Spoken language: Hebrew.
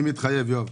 אני מתחייב, יואב.